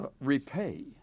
repay